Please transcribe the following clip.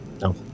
No